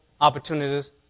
opportunities